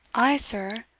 i, sir?